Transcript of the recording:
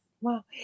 Wow